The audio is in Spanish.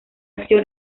acción